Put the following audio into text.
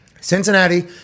Cincinnati